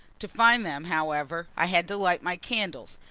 to find them, however, i had to light my candles,